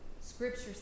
Scripture